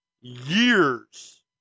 years